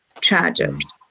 charges